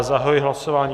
Zahajuji hlasování.